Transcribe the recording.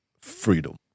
freedom